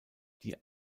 die